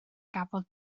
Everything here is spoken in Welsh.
gafodd